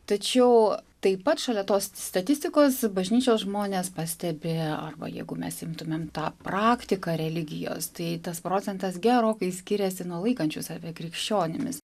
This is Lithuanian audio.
tačiau taip pat šalia tos statistikos bažnyčios žmonės pastebi arba jeigu mes imtumėm tą praktiką religijos tai tas procentas gerokai skiriasi nuo laikančių save krikščionimis